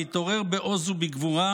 המתעורר בעוז ובגבורה,